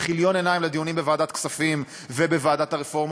בכיליון עיניים לדיונים בוועדת הכספים ובוועדת הרפורמות,